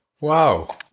Wow